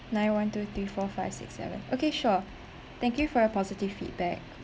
nine one two three four five six seven okay sure thank you for your positive feedback